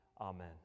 amen